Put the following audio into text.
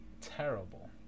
Terrible